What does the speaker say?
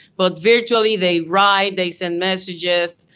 but virtually, they write, they send messages,